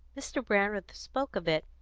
mr. brandreth spoke of it,